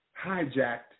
hijacked